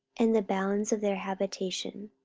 and the bounds of their habitation